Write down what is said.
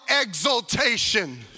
exaltation